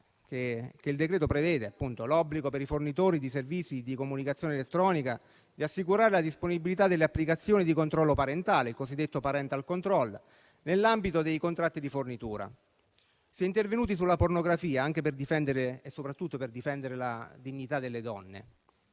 il decreto-legge prevede l'obbligo per i fornitori di servizi di comunicazione elettronica di assicurare la disponibilità delle applicazioni di controllo parentale, il cosiddetto *parental control*, nell'ambito dei contratti di fornitura. Si è intervenuti sulla pornografia, anche e soprattutto per difendere la dignità delle donne